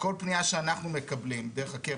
כל פנייה שאנחנו מקבלים דרך הקרן,